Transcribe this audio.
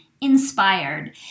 inspired